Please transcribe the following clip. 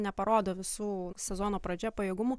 neparodo visų sezono pradžia pajėgumų